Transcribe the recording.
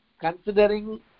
considering